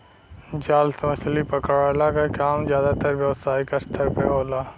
जाल से मछरी पकड़ला के काम जादातर व्यावसायिक स्तर पे होला